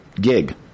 gig